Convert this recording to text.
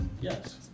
yes